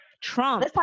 Trump